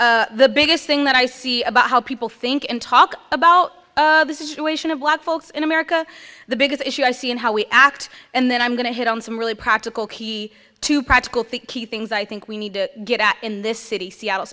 the biggest thing that i see about how people think and talk about this is relation of what folks in america the biggest issue i see and how we act and then i'm going to hit on some really practical key to practical think key things i think we need to get out in this city seattle